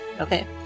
okay